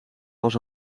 was